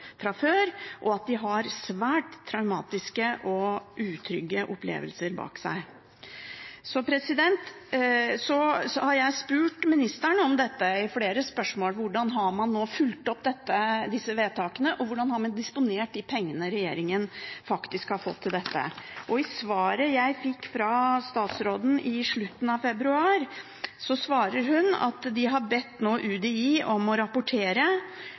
fra før, og at de har svært traumatiske og utrygge opplevelser bak seg. Jeg har spurt ministeren – i flere spørsmål – om hvordan man nå har fulgt opp disse vedtakene, og hvordan man har disponert de pengene regjeringen faktisk har fått til dette. I svaret jeg fikk fra statsråden i slutten av februar, skriver hun at de har bedt UDI i tertialrapportene om å rapportere